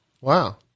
Wow